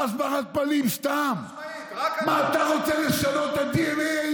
כמה חברים שלך נפלו מהקורס והעיפו אותם משם?